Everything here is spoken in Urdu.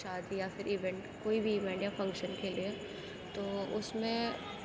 شادی یا پھر ایونٹ کوئی بھی ایونٹ یا فنکشن کے لیے تو اس میں